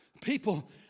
people